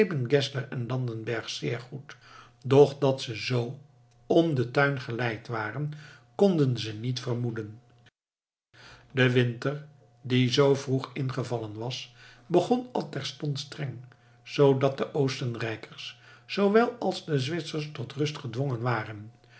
geszler en landenberg zeer goed doch dat ze z om den tuin geleid waren konden ze niet vermoeden de winter die zoo vroeg ingevallen was begon al terstond streng zoodat de oostenrijkers zoowel als de zwitsers tot rust gedwongen waren